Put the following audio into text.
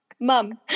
Mom